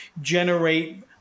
generate